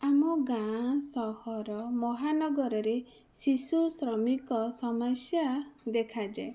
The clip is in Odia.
ଆମ ଗାଁ ସହର ମହାନଗରରେ ଶିଶୁ ଶ୍ରମିକ ସମସ୍ୟା ଦେଖାଯାଏ